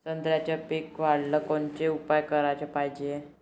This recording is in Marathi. संत्र्याचं पीक वाढवाले कोनचे उपाव कराच पायजे?